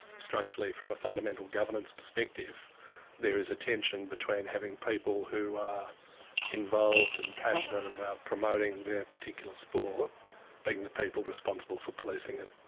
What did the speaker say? structurally from a fundamental governance perspective there is a tension between having people who are involved and passionate about promoting their particular sport being the people responsible for policing it.